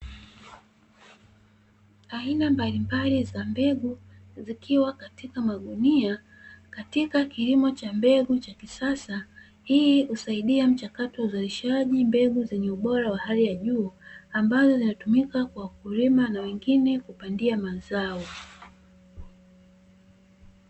Aina mbalimbali za mbegu zikiwa katika magunia katika kilimo cha mbegu cha kisasa, hii husaidia mchakato uzalishaji mbegu zenye ubora wa hali ya juu ambazo zinatumika kwa kulima na wengine kupandia mazao.